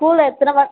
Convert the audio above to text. ஸ்கூலில் எத்தனை வா